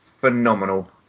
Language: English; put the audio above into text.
phenomenal